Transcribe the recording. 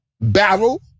battle